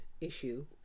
issue